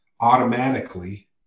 automatically